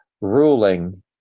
ruling